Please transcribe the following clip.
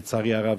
לצערי הרב,